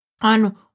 on